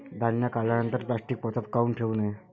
धान्य काढल्यानंतर प्लॅस्टीक पोत्यात काऊन ठेवू नये?